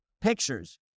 pictures